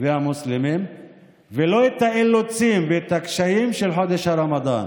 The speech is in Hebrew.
והמוסלמים ולא באילוצים ובקשיים של חודש הרמדאן,